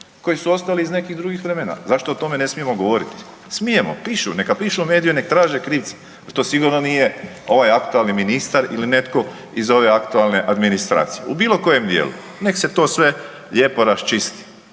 koji su ostali iz nekih drugih vremena. Zašto o tome ne smijemo govoriti? Smijemo, neka pišu medije nek traže krivca, to sigurno nije ovaj aktualni ministar ili netko iz ove aktualne administracije u bilo kojem dijelu, nek se to sve lijepo raščisti.